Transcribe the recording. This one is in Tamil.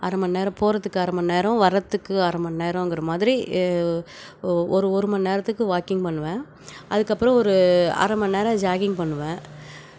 அரை மணிநேரம் போகிறதுக்கு அரை மணிநேரம் வரதுக்கு அரை மணிநேரங்கிற மாதிரி ஒரு ஒரு மணி நேரத்துக்கு வாக்கிங் பண்ணுவேன் அதுக்கப்புறம் ஒரு அரை மணிநேரம் ஜாக்கிங் பண்ணுவேன்